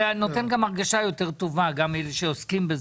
זה נותן גם הרגשה יותר טובה גם לאלה שעוסקים בזה.